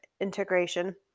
integration